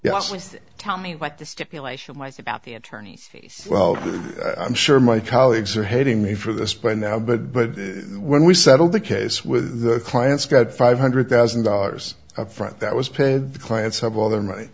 with tell me what the stipulation lies about the attorneys fees well i'm sure my colleagues are hating me for this by now but but when we settled the case with the clients got five hundred thousand dollars up front that was paid the clients have all their money